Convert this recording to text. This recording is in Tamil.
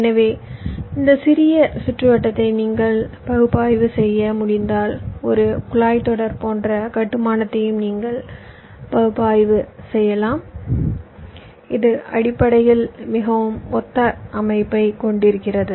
எனவே அந்த சிறிய சுற்றுவட்டத்தை நீங்கள் பகுப்பாய்வு செய்ய முடிந்தால் ஒரு குழாய் தொடர் போன்ற கட்டுமானத்தையும் நீங்கள் பகுப்பாய்வு செய்யலாம் இது அடிப்படையில் மிகவும் ஒத்த அமைப்பைக் கொண்டு இருக்கிறது